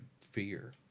fear